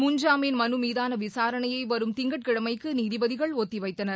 முன்ஜாமீன் மனு மீதான விசாரணையை வரும் திங்கட்கிழமைக்கு நீதிபதிகள் ஒத்திவைத்தனர்